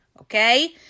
Okay